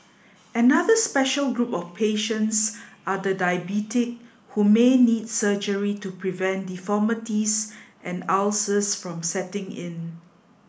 another special group of patients are the diabetic who may need surgery to prevent deformities and ulcers from setting in